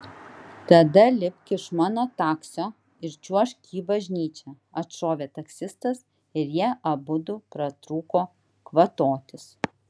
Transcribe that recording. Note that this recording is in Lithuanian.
tada lipk iš mano taksio ir čiuožk į bažnyčią atšovė taksistas ir jie abudu pratrūko kvatotis